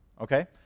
Okay